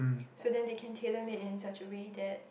so then they can tailor make in such a way that